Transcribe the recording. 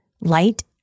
Light